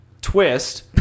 twist